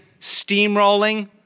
steamrolling